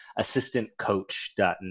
assistantcoach.net